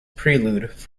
prelude